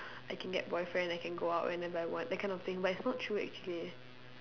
I can get boyfriend I can go out and then that kind of thing but it's not true actually